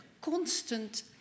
constant